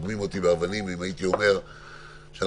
אבל להתקדם דווקא כדי שלא יקרו מקרים כמו שקרו